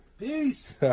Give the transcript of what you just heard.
Peace